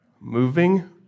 Moving